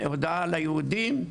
הודעה ליהודית,